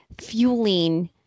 fueling